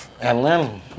Atlanta